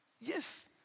Yes